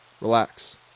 Relax